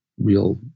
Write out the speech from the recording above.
real